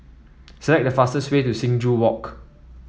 select the fastest way to Sing Joo Walk